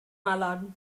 mallard